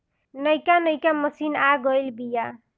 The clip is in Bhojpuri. नइका नइका मशीन आ गइल बिआ